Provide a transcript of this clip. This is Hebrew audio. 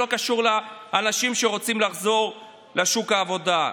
שלא קשור לאנשים שרוצים לחזור לשוק העבודה.